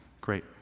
Great